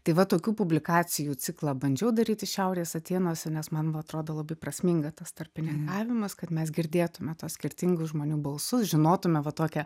tai va tokių publikacijų ciklą bandžiau daryti šiaurės atėnuose nes man va atrodo labai prasminga tas tarpininkavimas kad mes girdėtume tuos skirtingų žmonių balsus žinotume va tokią